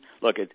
Look